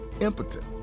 impotent